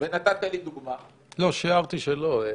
ונתת לי דוגמה שיש בה היגיון,